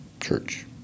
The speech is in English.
church